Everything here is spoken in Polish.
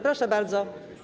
Proszę bardzo.